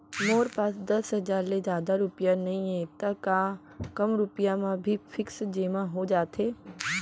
मोर पास दस हजार ले जादा रुपिया नइहे त का कम रुपिया म भी फिक्स जेमा हो जाथे?